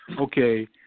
Okay